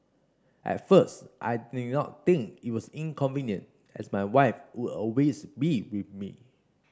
at first I did not think it was inconvenient as my wife would always be with me